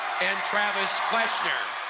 and travis fleshner.